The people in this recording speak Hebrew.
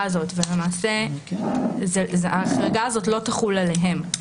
הזאת ולמעשה ההחרגה הזאת לא תחול עליהם,